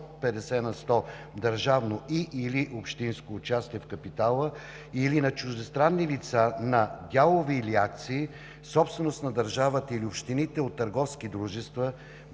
50 на сто държавно и/или общинско участие в капитала, или на чуждестранни лица на дялове или акции, собственост на държавата или общините от търговски дружества;